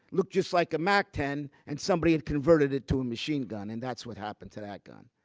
looked just like a mac ten, and somebody had converted it to a machine gun. and that's what happened to that gun.